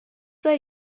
داری